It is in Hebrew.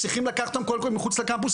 צריך לקחת אותם קודם כל אל מחוץ לקמפוס,